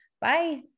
Bye